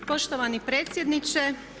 Poštovani predsjedniče.